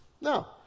No